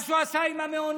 מה שהוא עשה עם המעונות,